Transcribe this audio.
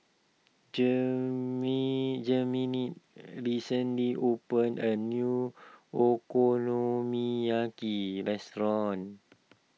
Jermaine recently opened a new Okonomiyaki restaurant